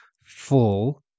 full